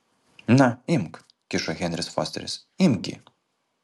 na imk kišo henris fosteris imk gi